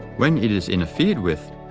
when it is interfered with,